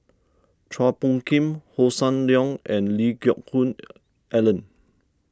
Chua Phung Kim Hossan Leong and Lee Geck Hoon Ellen